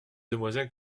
demoiselles